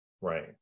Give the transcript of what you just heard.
right